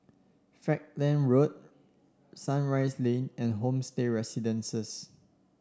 Falkland Road Sunrise Lane and Homestay Residences